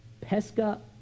Pesca